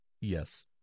yes